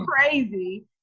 crazy